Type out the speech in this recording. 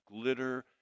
glitter